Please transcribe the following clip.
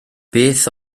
beth